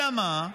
אלא מה,